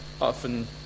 often